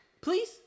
Please